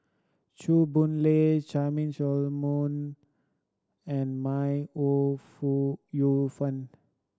Chew Boon Lay Charmaine Solomon and May Ooi Fu Yu Fen